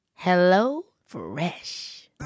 HelloFresh